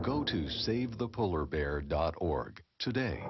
go to save the polar bear dot org today